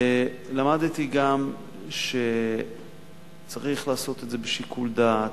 למדתי גם שצריך לעשות את זה בשיקול דעת,